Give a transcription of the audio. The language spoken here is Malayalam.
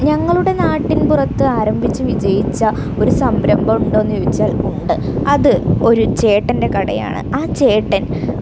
ഞങ്ങളുടെ നാട്ടിൻപുറത്ത് ആരംഭിച്ച് വിജയിച്ച ഒരു സംരംഭം ഉണ്ടോ എന്ന് ചോദിച്ചാൽ ഉണ്ട് അത് ഒരു ചേട്ടൻ്റെ കടയാണ് ആ ചേട്ടൻ